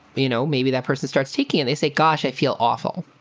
you know, maybe that person starts taking it. they say, gosh, i feel awful.